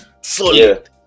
Solid